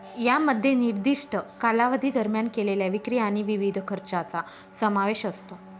यामध्ये निर्दिष्ट कालावधी दरम्यान केलेल्या विक्री आणि विविध खर्चांचा समावेश असतो